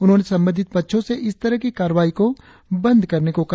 उन्होंने संबंधित पक्षों से इस तरह की कार्रवाई को बंद करने को कहा